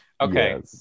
Okay